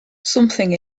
something